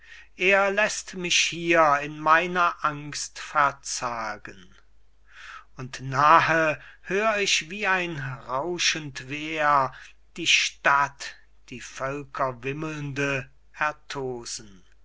er läßt mich hier in meiner angst verzagen und nahe hör ich wie ein rauschend wehr die stadt die völkerwimmelnde